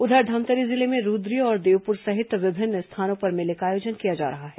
उधर धमतरी जिले में रूद्री और देवपुर सहित विभिन्न स्थानों पर मेले का आयोजन किया जा रहा है